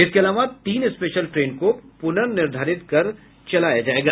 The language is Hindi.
इसके अलावा तीन स्पेशल ट्रेन को पुनर्निर्धारित कर के चलाया जायेगा